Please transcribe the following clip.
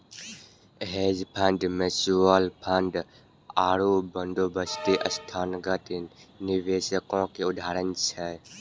hedge fund, mutual fund आरु बंदोबस्ती संस्थागत निवेशको के उदाहरण छै